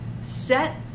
Set